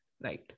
right